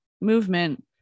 movement